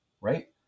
right